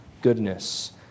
goodness